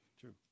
True